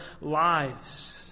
lives